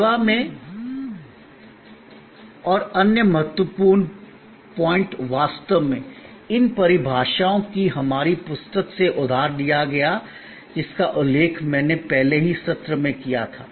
सेवा में और अन्य महत्वपूर्ण बिंदु वास्तव में इन परिभाषाओं को हमारी पुस्तक से उधार लिया गया है जिसका उल्लेख मैंने पहले ही सत्र में किया था